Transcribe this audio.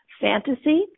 fantasy